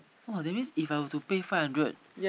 !wah! that means If I were to pay five hundred